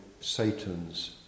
Satan's